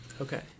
Okay